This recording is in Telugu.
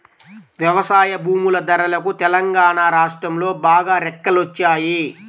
వ్యవసాయ భూముల ధరలకు తెలంగాణా రాష్ట్రంలో బాగా రెక్కలొచ్చాయి